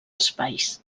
espais